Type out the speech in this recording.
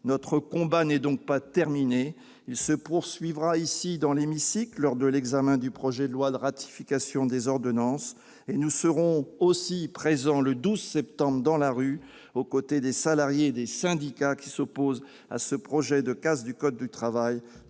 Notre combat n'est donc pas terminé. Il se poursuivra ici, dans l'hémicycle, lors de l'examen du projet de loi de ratification des ordonnances. Nous serons aussi présents le 12 septembre dans la rue, au côté des salariés et des syndicats qui s'opposent à ce projet de casse du code du travail,